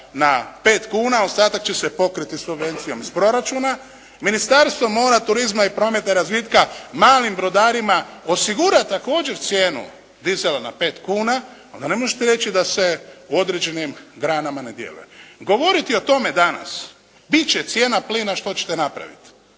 na 5 kuna. Ostatak će se pokriti subvencijom iz proračuna. Ministarstvo mora, turizma i prometa i razvitka malim brodarima osigura također cijenu Disela na 5 kuna onda ne možete reći da se u određenim granama ne djeluje. Govoriti o tome danas bit će cijena plina, što ćete napraviti?